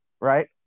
right